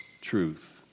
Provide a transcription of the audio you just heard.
truth